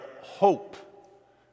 hope